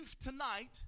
tonight